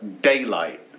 daylight